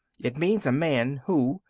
it means a man who,